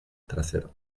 trasera